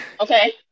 Okay